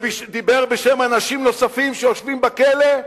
ודיבר בשם אנשים נוספים, שיושבים בכלא,